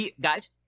guys